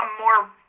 more –